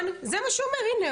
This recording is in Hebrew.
זה מה שהוא אומר.